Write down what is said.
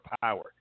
power